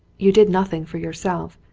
you did nothing for yourself.